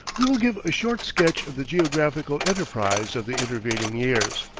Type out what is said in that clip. we will give a short sketch of the geographical enterprise of the intervening years.